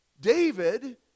David